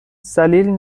ذلیل